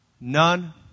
None